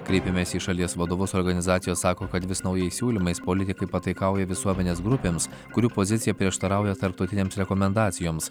kreipėmės į šalies vadovus organizacijos sako kad vis naujais siūlymais politikai pataikauja visuomenės grupėms kurių pozicija prieštarauja tarptautinėms rekomendacijoms